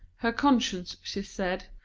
her conscience, she said,